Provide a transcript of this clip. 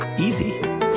Easy